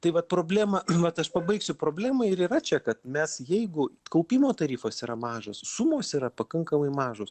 tai vat problema vat aš pabaigsiu problema ir yra čia kad mes jeigu kaupimo tarifas yra mažas sumos yra pakankamai mažos